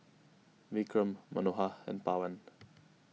Vikram Manohar and Pawan